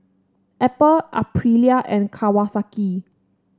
Apple Aprilia and Kawasaki